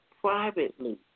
privately